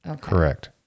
Correct